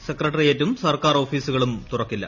സെക്രട്ടറിയേറ്റും സർക്കാർ ഓഫ്റീസുകളും തുറക്കില്ല